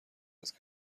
است